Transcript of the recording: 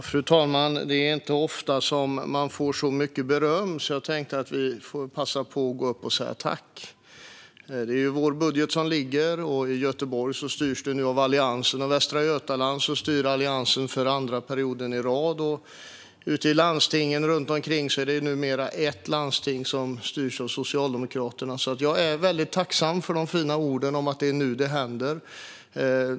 Fru talman! Det är inte ofta som man får så mycket beröm, så jag tänkte att jag får passa på att gå upp hit till talarstolen och säga tack. Det är ju vår budget som ligger nu, och Göteborg styrs av Alliansen och i Västra Götaland styr Alliansen för andra perioden i rad. Ute i landstingen är det numera ett landsting som styrs av Socialdemokraterna. Jag är alltså väldigt tacksam för de fina orden om att det är nu det händer.